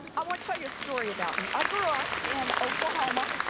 i want to tell you a story about me. i grew up in oklahoma.